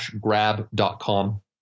grab.com